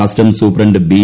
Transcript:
customs superintendent B